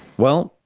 well,